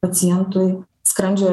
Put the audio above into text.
pacientui skrandžio